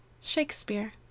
Shakespeare